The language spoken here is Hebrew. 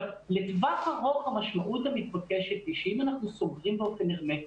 לטווח ארוך המשמעות המתבקשת היא שאם אנחנו סוגרים באופן הרמטי,